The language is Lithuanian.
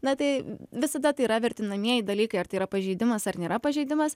na tai visada tai yra vertinamieji dalykai ar tai yra pažeidimas ar nėra pažeidimas